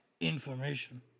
Information